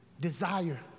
desire